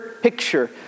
picture